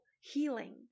healing